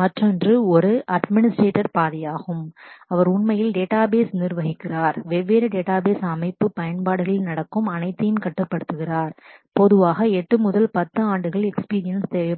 மற்றொன்று ஒரு அட்மினிஸ்டர்ஸ் பாதையாகும் அவர் உண்மையில் டேட்டாபேஸ் database நிர்வகிக்கிறார் வெவ்வேறு டேட்டாபேஸ் அமைப்பு பயன்பாடுகளில் நடக்கும் அனைத்தையும் கட்டுப்படுத்துகிறது பொதுவாக 8 முதல் 10 ஆண்டு எக்ஸ்பீரியன்ஸ் தேவை